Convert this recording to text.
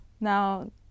now